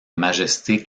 majesté